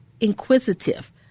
inquisitive